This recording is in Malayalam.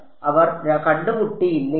അവർ കണ്ടുമുട്ടിയില്ലെങ്കിലും